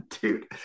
dude